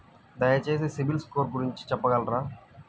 దయచేసి CIBIL score గురించి చెప్పగలరా?